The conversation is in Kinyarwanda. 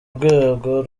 urwego